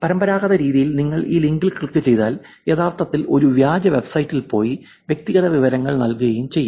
പരമ്പരാഗത രീതിയിൽ നിങ്ങൾ ഈ ലിങ്കിൽ ക്ലിക്ക് ചെയ്താൽ യഥാർത്ഥത്തിൽ ഒരു വ്യാജ വെബ്സൈറ്റിൽ പോയി വ്യക്തിഗത വിവരങ്ങൾ നൽകുകയും ചെയ്യും